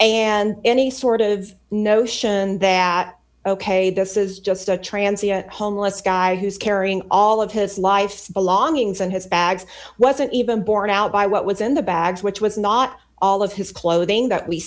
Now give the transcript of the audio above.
and any sort of notion that ok this is just a transit homeless guy who's carrying all of his life's belongings and his bags wasn't even born out by what was in the bag which was not all of his clothing that we